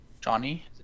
Johnny